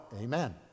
Amen